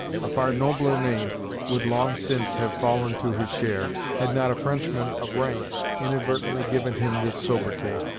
a far nobler name would long since have fallen to his share, had not a french-man of rank inadvertently given him this sobriquet,